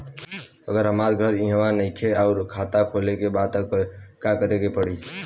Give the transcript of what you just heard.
अगर हमार घर इहवा नईखे आउर खाता खोले के बा त का करे के पड़ी?